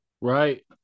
Right